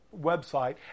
website